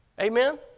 Amen